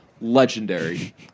legendary